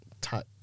type